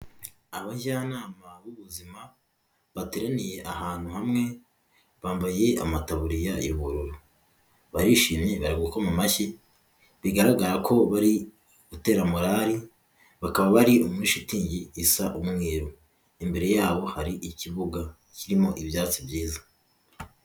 Abajyanama b'ubuzima bateraniye ahantu hamwe bambaye amataburiya y'ubururu, barishimye bari gukoma amashyi bigaragara ko bari gutera morari, bakaba bari muri shitingi isa umweru. Imbere yabo hari ikibuga kirimo ibyatsi byiza.